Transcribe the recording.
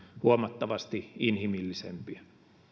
huomattavasti inhimillisempiä